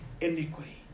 iniquity